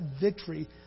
victory